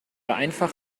einfach